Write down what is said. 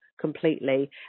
completely